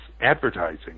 advertising